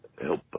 help